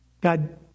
God